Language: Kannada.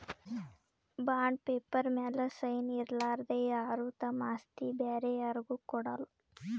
ಬಾಂಡ್ ಪೇಪರ್ ಮ್ಯಾಲ್ ಸೈನ್ ಇರಲಾರ್ದೆ ಯಾರು ತಮ್ ಆಸ್ತಿ ಬ್ಯಾರೆ ಯಾರ್ಗು ಕೊಡಲ್ಲ